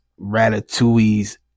ratatouille's